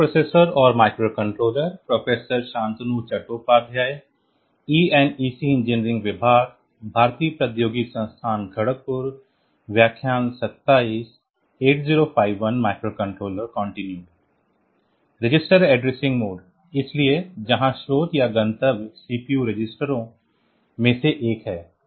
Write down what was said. register addressing mode इसलिए जहां स्रोत या गंतव्य सीपीयू रजिस्टरों में से एक है